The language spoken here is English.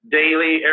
daily